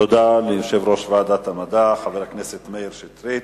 תודה ליושב-ראש ועדת המדע, חבר הכנסת מאיר שטרית.